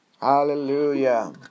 Hallelujah